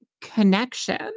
connection